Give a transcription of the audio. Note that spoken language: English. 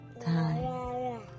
time